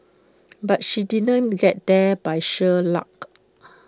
but she did not get here by sheer luck